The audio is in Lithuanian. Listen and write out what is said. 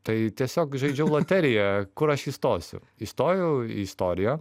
tai tiesiog žaidžiau loteriją kur aš įstosiu įstojau į istoriją